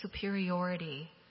superiority